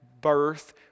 birth